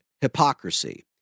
hypocrisy